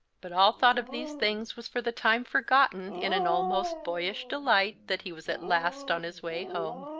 but all thought of these things was for the time forgotten in an almost boyish delight that he was at last on his way home.